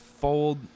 fold